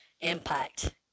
impact